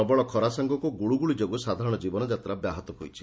ପ୍ରବଳ ଖରା ସାଙ୍ଗକୁ ଗୁଳୁଗୁଳି ଯୋଗୁଁ ସାଧାରଣ ଜୀବନ ଯାତ୍ରା ବ୍ୟାହତ ହୋଇଛି